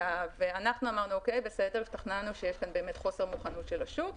אנחנו השתכנענו שיש כאן חוסר מוכנות של השוק,